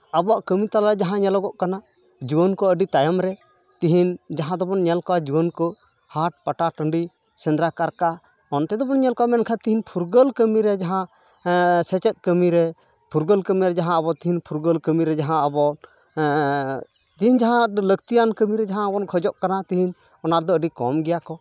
ᱟᱵᱚᱣᱟᱜ ᱠᱟᱹᱢᱤ ᱛᱟᱞᱟ ᱨᱮ ᱡᱟᱦᱟᱸ ᱧᱮᱞᱚᱜᱚᱜ ᱠᱟᱱᱟ ᱡᱩᱣᱟᱹᱱ ᱠᱚ ᱟᱹᱰᱤ ᱛᱟᱭᱚᱢ ᱨᱮ ᱛᱤᱦᱤᱧ ᱡᱟᱦᱟᱸ ᱫᱚᱵᱚᱱ ᱧᱮᱞ ᱠᱚᱣᱟ ᱡᱩᱣᱟᱹᱱ ᱠᱚ ᱦᱟᱴ ᱯᱟᱛᱟ ᱴᱟᱺᱰᱤ ᱥᱮᱸᱫᱽᱨᱟ ᱠᱟᱨᱠᱟ ᱚᱱᱛᱮ ᱫᱚᱵᱚᱱ ᱧᱮᱞ ᱠᱚᱣᱟ ᱢᱮᱱᱠᱷᱟᱱ ᱛᱤᱦᱤᱧ ᱯᱷᱩᱨᱜᱟᱹᱞ ᱠᱟᱹᱢᱤ ᱨᱮ ᱡᱟᱦᱟᱸ ᱥᱮᱪᱮᱫ ᱠᱟᱹᱢᱤ ᱨᱮ ᱯᱷᱩᱨᱜᱟᱹᱞ ᱠᱟᱹᱢᱤ ᱨᱮ ᱡᱟᱦᱟᱸ ᱟᱵᱚ ᱛᱤᱦᱤᱧ ᱯᱷᱩᱨᱜᱟᱹᱞ ᱠᱟᱹᱢᱤ ᱨᱮ ᱡᱟᱦᱟᱸ ᱟᱵᱚ ᱛᱤᱦᱤᱧ ᱡᱟᱦᱟᱸ ᱞᱟᱹᱠᱛᱤᱭᱟᱱ ᱠᱟᱹᱢᱤ ᱨᱮ ᱟᱵᱚ ᱵᱚᱱ ᱠᱷᱚᱡᱚᱜ ᱠᱟᱱᱟ ᱚᱱᱟ ᱨᱮᱫᱚ ᱟᱹᱰᱤ ᱠᱚᱢ ᱜᱮᱭᱟ ᱠᱚ